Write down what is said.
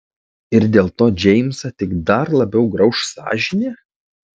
ir dėl to džeimsą tik dar labiau grauš sąžinė